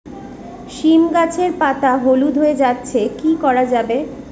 সীম গাছের পাতা হলুদ হয়ে যাচ্ছে কি করা যাবে?